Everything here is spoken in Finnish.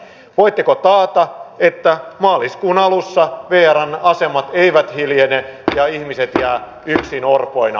voitteko taata että maaliskuun alussa vieraan asemat eivät hiljene ja ihmiset ja yksin orpoina